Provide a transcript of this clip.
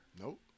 Nope